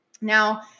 Now